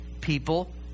people